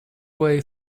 way